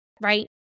right